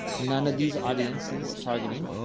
none of these audiences, targeting.